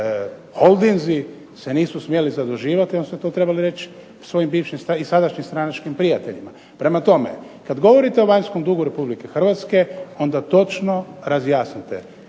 holdinzi se nisu smjeli zaduživati onda ste to trebali reći svojim bivšim i sadašnjim stranačkim prijateljima. Prema tome, kada govorite o vanjskom dugu Republike Hrvatske onda točno razjasnite